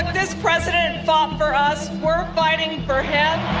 this president fought um for us, we're fighting for him.